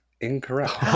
incorrect